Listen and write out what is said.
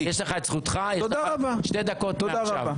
נאור, יש לך את זכותך, שתי דקות מעכשיו.